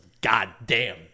goddamn